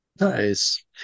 Nice